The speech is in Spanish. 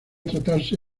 tratarse